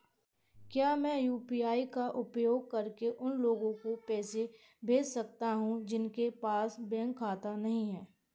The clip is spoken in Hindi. क्या मैं यू.पी.आई का उपयोग करके उन लोगों को पैसे भेज सकता हूँ जिनके पास बैंक खाता नहीं है?